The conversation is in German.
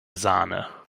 sahne